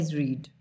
read